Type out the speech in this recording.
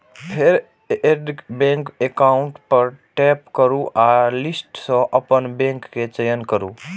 फेर add bank account पर tap करू आ लिस्ट सं अपन बैंक के चयन करू